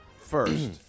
First